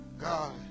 God